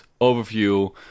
overview